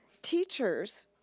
teachers,